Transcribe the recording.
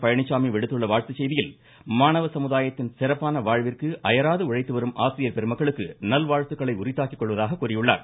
பழனிசாமி விடுத்துள்ள வாழ்த்துசெய்தியில் மாணவ சமுதாயத்தின் சிறப்பான வாழ்விற்கு அயராது உழைத்து வரும் ஆசிரியர் பெருமக்களுக்கு நல்வாழ்த்துக்களை உரித்தாக்கி கொள்வதாக தெரிவித்துள்ளார்